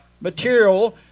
material